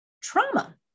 trauma